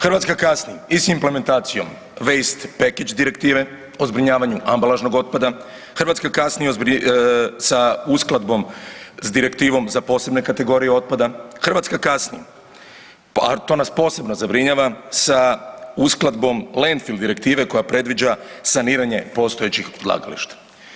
Hrvatska kasni i s implementacijom Waste Pekić Direktive o zbrinjavanju ambalažnog otpada, Hrvatska kasni sa uskladbom s Direktivom za posebne kategorije otpada, Hrvatska kasni, a to nas posebno zabrinjava, sa uskladbom Landfill Direktive koja predviđa saniranje postojećih odlagališta.